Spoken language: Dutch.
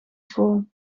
school